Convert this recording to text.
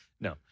No